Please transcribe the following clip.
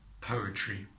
poetry